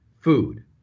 food